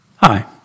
Hi